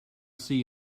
see